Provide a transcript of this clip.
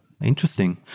Interesting